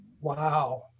Wow